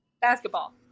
Basketball